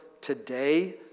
today